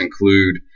include